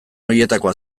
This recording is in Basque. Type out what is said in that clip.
horietakoa